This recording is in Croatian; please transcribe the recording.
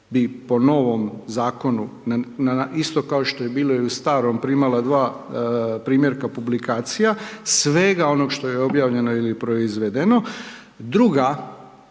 koja bi po novom zakonu isto kao što je bilo i u starom primala dva primjerka publikacija, svega onog što je objavljeno ili proizvedeno.